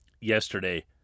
yesterday